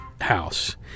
house